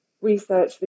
research